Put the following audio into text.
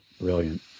Brilliant